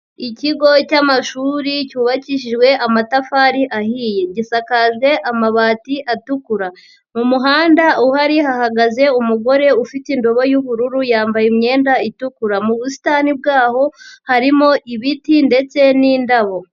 Ikigo cy'amashuri cyubakishijwe amatafari ahiye, gisakajwe amabati atukura, mu muhanda uhari hahagaze umugore ufite indobo y'ubururu, yambaye imyenda itukura, mu busitani bwaho harimo ibiti ndetse n'indabo.